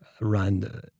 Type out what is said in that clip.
run